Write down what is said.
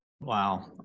Wow